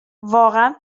واقعا